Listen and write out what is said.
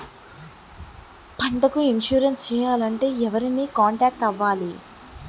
పంటకు ఇన్సురెన్స్ చేయాలంటే ఎవరిని కాంటాక్ట్ అవ్వాలి?